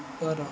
ଉପର